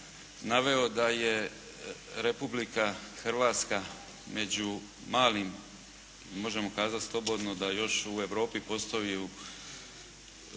naveo da je Republika Hrvatska među malim, mi možemo kazati slobodno da još u Europi postoje dvije,